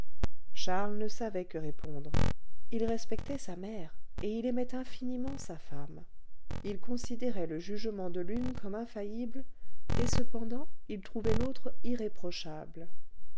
charles ne savait que répondre il respectait sa mère et il aimait infiniment sa femme il considérait le jugement de l'une comme infaillible et cependant il trouvait l'autre irréprochable